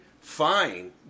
fine